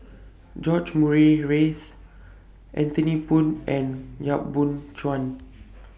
George Murray Reith Anthony Poon and Yap Boon Chuan